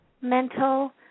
mental